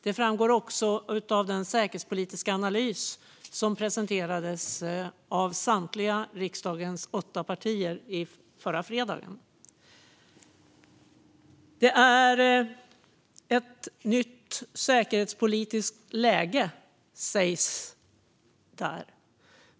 Det framgår också av den säkerhetspolitiska analys som presenterades av riksdagens samtliga åtta partier i fredags. Det är ett nytt säkerhetspolitiskt läge, sägs där.